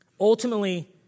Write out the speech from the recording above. Ultimately